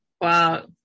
wow